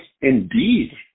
indeed